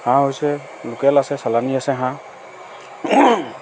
হাঁহ হৈছে লোকেল আছে চালানী আছে হাঁহ